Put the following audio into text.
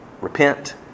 Repent